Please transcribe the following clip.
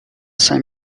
saint